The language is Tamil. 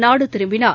நாடு திரும்பினார்